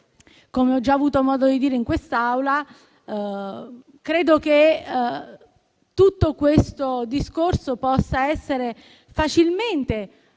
Come ho già avuto modo di dire in quest'Aula, credo che questo tema possa essere facilmente affiancato